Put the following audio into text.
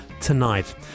tonight